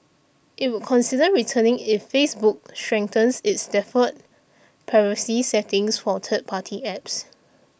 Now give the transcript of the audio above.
it would consider returning if Facebook strengthens its default privacy settings for third party apps